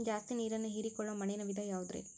ಜಾಸ್ತಿ ನೇರನ್ನ ಹೇರಿಕೊಳ್ಳೊ ಮಣ್ಣಿನ ವಿಧ ಯಾವುದುರಿ?